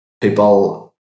people